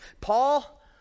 Paul